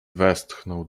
westchnął